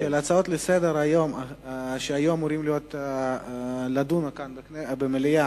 של ההצעות לסדר-היום שהיו אמורים להיות כאן במליאה,